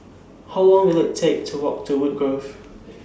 How Long Will IT Take to Walk to Woodgrove